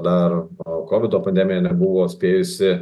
dar kovido pandemija nebuvo spėjusi